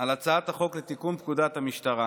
על הצעת החוק לתיקון פקודת המשטרה